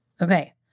Okay